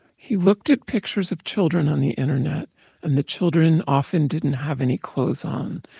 he looked at pictures of children on the internet and the children often didn't have any clothes on.